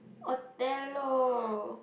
hotel oh